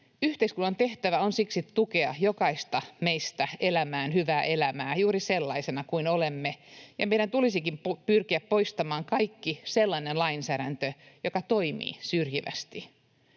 Yhteiskunnan tehtävä on siksi tukea jokaista meistä elämään hyvää elämää juuri sellaisina kuin olemme, ja meidän tulisikin pyrkiä poistamaan kaikki sellainen lainsäädäntö, joka toimii syrjivästi.